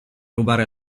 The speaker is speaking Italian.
rubare